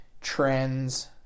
trends